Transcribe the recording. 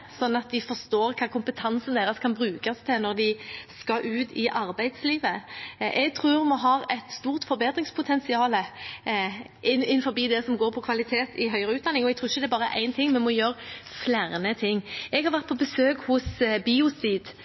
sånn at studentene forstår hva kompetansen deres kan brukes til når de skal ut i arbeidslivet. Jeg tror vi har et stort forbedringspotensial innenfor det som går på kvalitet i høyere utdanning. Og jeg tror ikke det er bare én ting, vi må gjøre flere ting. Jeg har vært på besøk hos